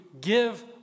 give